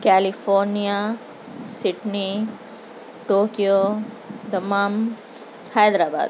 California Sydney Tokyo Dammam Hyderabad